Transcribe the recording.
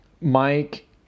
mike